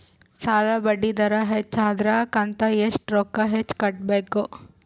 ಸಾಲಾ ಬಡ್ಡಿ ದರ ಹೆಚ್ಚ ಆದ್ರ ಕಂತ ಎಷ್ಟ ರೊಕ್ಕ ಹೆಚ್ಚ ಕಟ್ಟಬೇಕು?